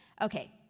Okay